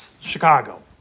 Chicago